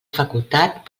facultat